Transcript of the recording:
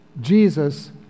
Jesus